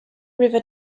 river